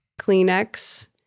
Kleenex